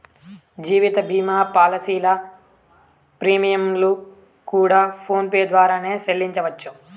జీవిత భీమా పాలసీల ప్రీమియంలు కూడా ఫోన్ పే ద్వారానే సెల్లించవచ్చు